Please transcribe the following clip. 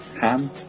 Ham